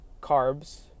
carbs